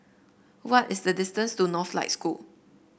what is the distance to Northlight School